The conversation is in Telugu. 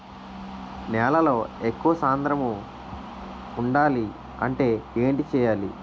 నేలలో ఎక్కువ సాంద్రము వుండాలి అంటే ఏంటి చేయాలి?